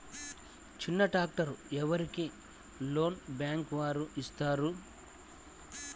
చిన్న ట్రాక్టర్ ఎవరికి లోన్గా బ్యాంక్ వారు ఇస్తారు?